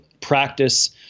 practice